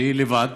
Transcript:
שהייתה לבד,